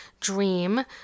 dream